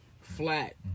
Flat